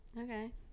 Okay